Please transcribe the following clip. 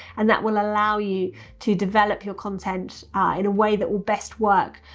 and that will allow you to develop your content in a way that will best work,